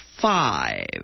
five